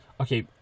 Okay